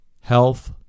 health